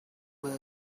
were